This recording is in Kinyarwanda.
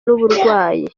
n’uburwayi